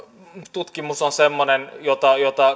tutkimus on semmoinen jota jota